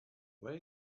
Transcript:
where